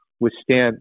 withstand